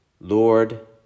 Lord